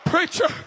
preacher